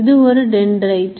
இது ஒரு ten right